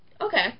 Okay